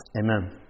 Amen